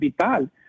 Vital